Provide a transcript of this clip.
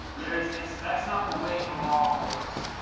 that's that's not the way the law works.